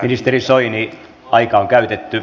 ministeri soini aika on käytetty